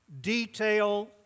detail